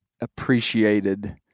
appreciated